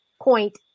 point